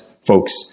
folks